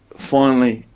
finally,